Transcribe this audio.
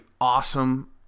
awesome